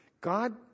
God